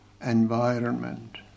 environment